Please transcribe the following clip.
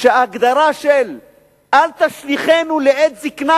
שההגדרה של אל תשליכנו לעת זיקנה,